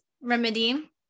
remedy